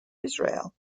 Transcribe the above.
israel